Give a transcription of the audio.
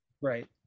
Right